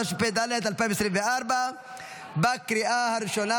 התשפ"ד 2024. הצבעה.